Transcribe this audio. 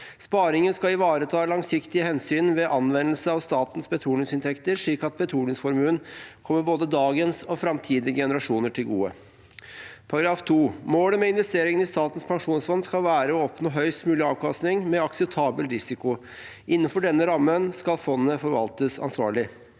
Sparingen skal ivareta langsiktige hensyn ved anvendelse av statens petroleumsinntekter slik at petroleumsformuen kommer både dagens og fremtidige generasjoner til gode.» I § 2 står det: «Målet med investeringene i Statens pensjonsfond skal være å oppnå høyest mulig avkastning med en akseptabel risiko. Innenfor denne rammen skal fondet forvaltes ansvarlig.»